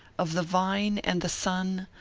of the vine and the sun,